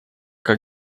как